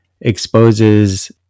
exposes